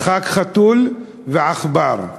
משחק חתול ועכבר.